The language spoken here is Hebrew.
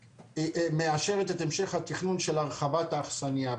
מאשרת את המשך התכנון של הרחבת האכסניה.